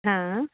हां